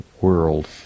world